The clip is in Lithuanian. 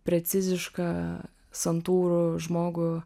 precizišką santūrų žmogų